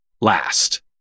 last